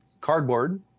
cardboard